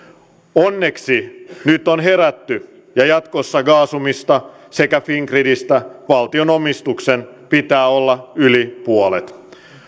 onneksi nyt on herätty ja jatkossa gasumista sekä fingridistä valtionomistuksen pitää olla yli puolet